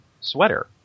sweater